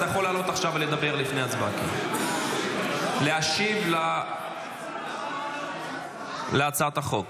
אתה יכול לעלות עכשיו לדבר לפני ההצבעה ולהשיב על הצעת החוק.